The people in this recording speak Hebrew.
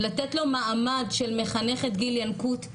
לתת לו מעמד של מחנכת גיל ינקות.